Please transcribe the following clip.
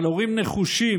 אבל הורים "נחושים",